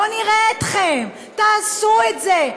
בואו נראה אתכם, תעשו את זה.